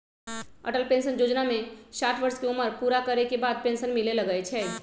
Atal pension जोजना में साठ वर्ष के उमर पूरा करे के बाद पेन्सन मिले लगैए छइ